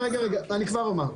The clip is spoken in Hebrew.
אני כבר אומר.